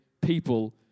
people